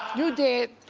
you did,